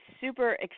super